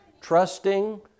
trusting